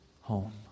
home